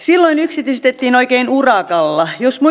silloin yksityistettiin oikein urakalla